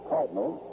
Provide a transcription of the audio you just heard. Cardinal